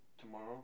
Tomorrow